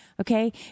okay